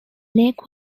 lake